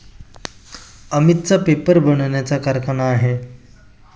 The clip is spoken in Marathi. अमितचा पेपर बनवण्याचा कारखाना आहे